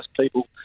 people